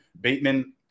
Bateman